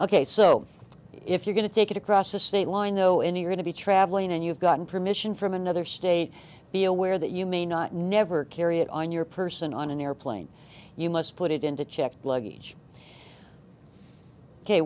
ok so if you're going to take it across a state line though any are going to be traveling and you've gotten permission from another state be aware that you may not never carry it on your person on an airplane you must put it into checked luggage ok